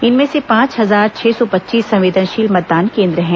इनमें से पांच हजार छह सौ पच्चीस संवेदनशील मतदान केंद्र हैं